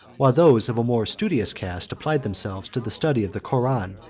while those of a more studious cast applied themselves to the study of the koran,